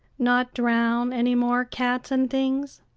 not drown any more cats and things?